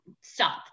stop